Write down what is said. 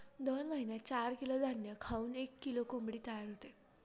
दोन महिन्यात चार किलो धान्य खाऊन एक किलो कोंबडी तयार होते